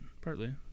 Partly